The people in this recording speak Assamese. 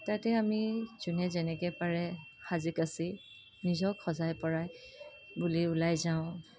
তাতে আমি যোনে যেনেকৈ পাৰে সাজি কাচি নিজক সজাই পৰাই বুলি ওলাই যাওঁ